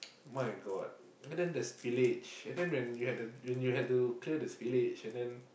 my god and then there's spillage and then when you had the when you had to clear spillage and then